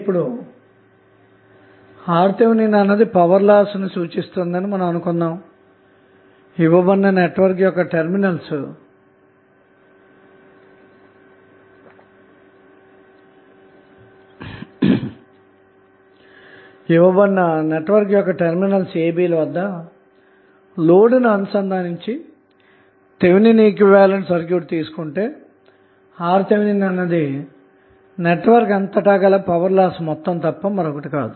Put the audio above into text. ఇప్పుడు RTh అన్నది power loss ని సూచిస్తుందనుకుందాము ఇవ్వబడిన నెట్వర్క్ యొక్క టెర్మినల్స్ ab వద్ద లోడ్ ని అనుసంధానించి థెవినిన్ ఈక్వివలెంట్ సర్క్యూట్ తీసుకొంటే RTh అన్నది నెట్వర్క్ అంతటా గల పవర్ లాస్ మొత్తం తప్ప మరొకటి కాదు